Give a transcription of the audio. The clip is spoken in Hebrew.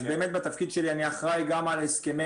אז באמת בתפקיד שלי אני אחראי גם על הסכמי